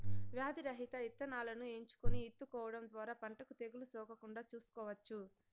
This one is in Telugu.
వ్యాధి రహిత ఇత్తనాలను ఎంచుకొని ఇత్తుకోవడం ద్వారా పంటకు తెగులు సోకకుండా చూసుకోవచ్చు